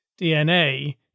DNA